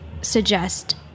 suggest